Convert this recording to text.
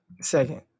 Second